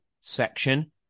section